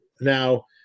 now